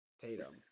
Tatum